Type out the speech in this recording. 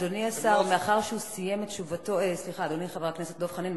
אדוני חבר הכנסת דב חנין,